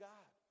God